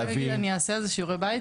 אני אעשה על זה שיעורי בית,